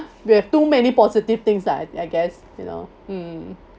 we have too many positive things lah I I guess you know mm